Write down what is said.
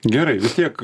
gerai vis tiek